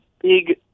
big